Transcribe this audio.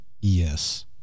yes